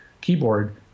keyboard